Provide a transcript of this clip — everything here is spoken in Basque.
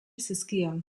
zizkion